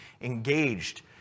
engaged